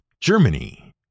Germany